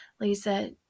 Lisa